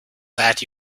that